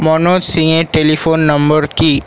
মনোজ সিংয়ের telephone number কি